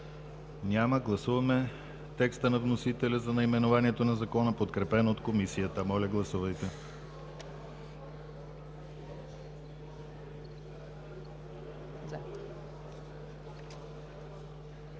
Няма. Гласуваме текста на вносителя за наименованието на Закона, подкрепен от Комисията. Гласували